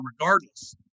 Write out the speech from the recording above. regardless